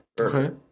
Okay